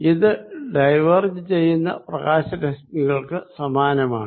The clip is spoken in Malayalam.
ഇത് ഡൈവേർജ് ചെയ്യുന്ന പ്രകാശരശ്മികൾക്ക് സമാനമാണ്